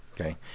Okay